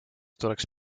tuleks